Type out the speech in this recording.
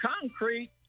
concrete